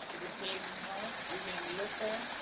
cave in the hills? are you going to meet us there?